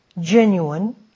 genuine